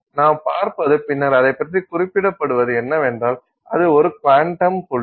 நாம் பார்ப்பது பின்னர் அதை பற்றி குறிப்பிடப்படுவது என்னவென்றால் அது ஒரு குவாண்டம் புள்ளி